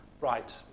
Right